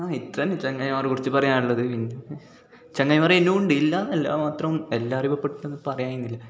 ആ ഇത്ര തന്നെ ഇത്ര തന്നെ ചങ്ങാതിമാറെ കുറിച്ച് പറയാനുള്ളത് പിന്നെ ചങ്ങാതിമാർ ഇനിയും ഉണ്ട് ഇല്ല എന്നല്ല അത്രോ എല്ലാരേം ഇപ്പം പെട്ടെന്ന് പറയാകയിനില്ല